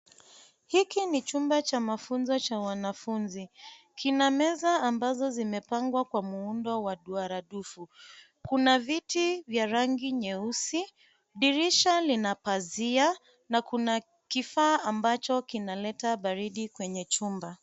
Hiki ni chumba cha mafunzo cha wanafunzi. Kina meza ambazo zimepangwa kwa muundo wa duara dufu. Kuna viti vya rangi nyeusi, dirisha lina pazia, na kuna kifaa ambacho kinaleta baridi kwenye chumba.